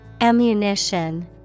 Ammunition